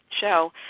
show